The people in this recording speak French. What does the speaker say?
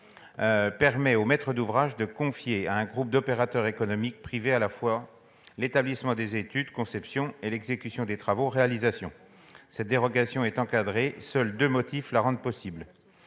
permet au maître d'ouvrage de confier à un groupement d'opérateurs économiques privés à la fois l'établissement des études- la conception -et l'exécution des travaux- la réalisation. Cette dérogation est encadrée : seuls deux motifs la rendent possible.